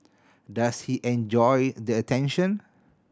does he enjoy the attention